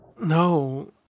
no